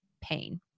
pain